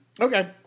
Okay